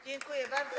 Dziękuję bardzo.